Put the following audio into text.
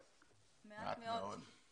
מעט מאוד.